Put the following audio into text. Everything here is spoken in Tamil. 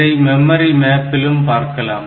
இதை மெமரி மேப்பிலும் பார்க்கலாம்